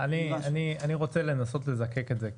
אני רוצה לנסות לזקק את זה.